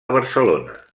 barcelona